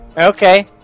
Okay